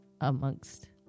amongst